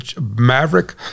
Maverick